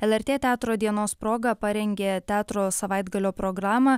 lrt teatro dienos proga parengė teatro savaitgalio programą